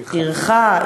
עירך.